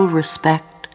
respect